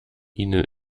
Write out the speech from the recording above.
ihnen